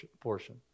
portion